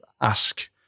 ask